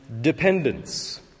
dependence